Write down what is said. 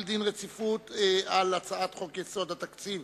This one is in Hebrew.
דין רציפות על הצעת חוק יסודות התקציב